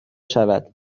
شود